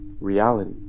reality